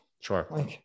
Sure